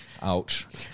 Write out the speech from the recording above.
Ouch